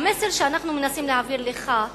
המסר שאנחנו מנסים להעביר לך הוא